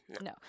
No